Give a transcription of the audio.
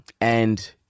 And-